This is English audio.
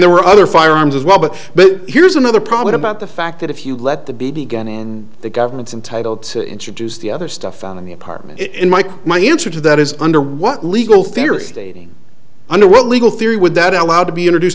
there were other firearms as well but but here's another problem about the fact that if you let the b b gun and the government's entitle to introduce the other stuff found in the apartment in my car my answer to that is under what legal theory stating under what legal theory would that allowed to be introduced